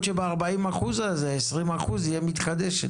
לפחות שמתוך ה-40% האלה, 20% יהיו מתחדשת.